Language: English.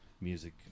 music